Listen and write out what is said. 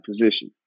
position